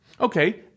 Okay